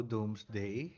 Doomsday